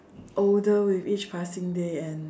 older with each passing day and